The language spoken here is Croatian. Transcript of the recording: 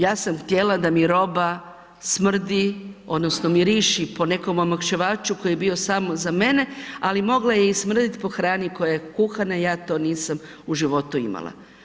Ja sam htjela da mi roba smrdi odnosno miriši po nekom omekšivaču koji je bio samo za mene, ali mogla je i smrditi po hrani koja je kuhana, ja to nisam u životu imala.